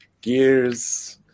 Gears